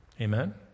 Amen